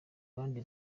abandi